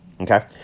Okay